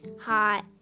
hot